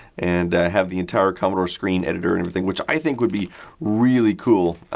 and have the entire commodore screen editor and everything, which i think would be really cool.